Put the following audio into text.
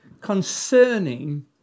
concerning